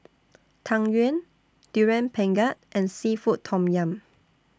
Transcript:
Tang Yuen Durian Pengat and Seafood Tom Yum